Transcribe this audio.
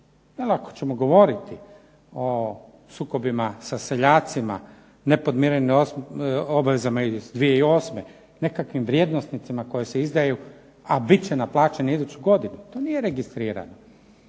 ako ćemo govoriti o sukobima sa seljacima, nepodmirenim obavezama iz 2008., nekakvim vrijednosnicama koje se izdaju a bit će naplaćene iduću godinu to nije registrirano.